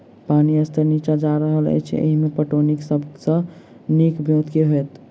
पानि स्तर नीचा जा रहल अछि, एहिमे पटौनीक सब सऽ नीक ब्योंत केँ होइत?